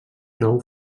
nou